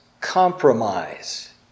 compromise